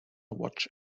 watch